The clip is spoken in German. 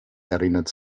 erinnert